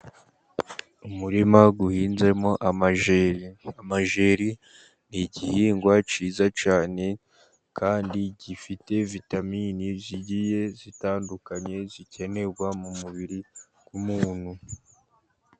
Umurima uhinzemo amajeri. Amajeri ni igihingwa cyiza cyane kandi gifite vitamini zigiye zitandukanye zikenerwa mu mubiri w’umuntu.